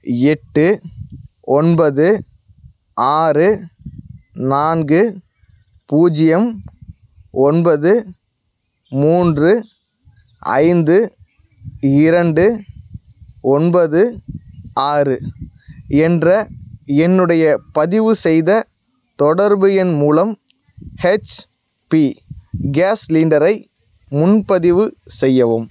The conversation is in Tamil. எட்டு ஒன்பது ஆறு நான்கு பூஜ்ஜியம் ஒன்பது மூன்று ஐந்து இரண்டு ஒன்பது ஆறு என்ற என்னுடைய பதிவுசெய்த தொடர்பு எண் மூலம் ஹெச்பி கேஸ் சிலிண்டரை முன்பதிவு செய்யவும்